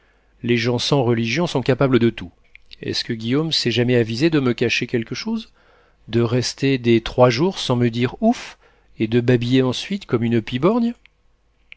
les gens sans religion sont capables de tout est-ce que guillaume s'est jamais avisé de me cacher quelque chose de rester des trois jours sans me dire ouf et de babiller ensuite comme une